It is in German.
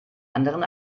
anderen